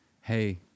Hey